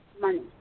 Money